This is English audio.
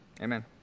Amen